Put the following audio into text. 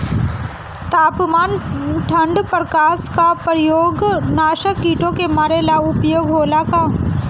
तापमान ठण्ड प्रकास का उपयोग नाशक कीटो के मारे ला उपयोग होला का?